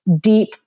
deep